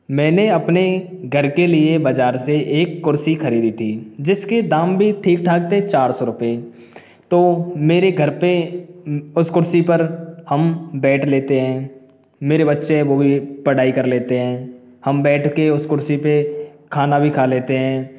मैंने अपने घर के लिए बाज़ार से एक कुर्सी खरीदी थी जिसके दाम भी ठीक ठाक थे चार सौ रुपए तो मेरे घर पे उस कुर्सी पर हम बैठ लेते हैं मेरे बच्चे वो भी पढ़ाई कर लेते हैं हम बैठ के उस कुर्सी पे खाना भी खा लेते हैं